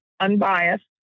unbiased